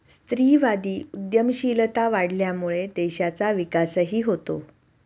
स्त्रीवादी उद्यमशीलता वाढल्यामुळे देशाचा विकासही होतो